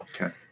Okay